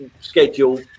schedule